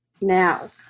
now